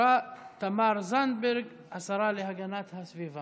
התרבות והספורט להכנה לקריאה שנייה ושלישית.